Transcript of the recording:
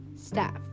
Staff